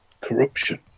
Corruption